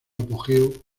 apogeo